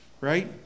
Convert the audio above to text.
right